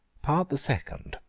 part the second